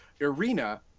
Irina